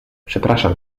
przepraszam